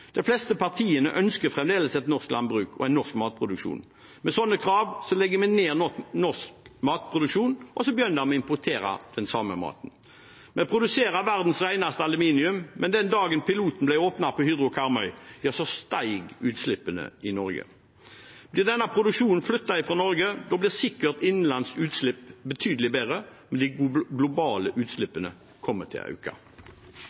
De fleste partiene ønsker fremdeles norsk landbruk og norsk matproduksjon. Med slike krav legger vi ned norsk matproduksjon, og så begynner vi å importere den samme maten. Vi produserer verdens reneste aluminium, men den dagen piloten ble åpnet på Hydro Karmøy, steg utslippene i Norge. Blir denne produksjonen flyttet fra Norge, blir sikkert innlandsutslippene betydelig bedre, men de globale utslippene kommer til å øke.